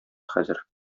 хәзер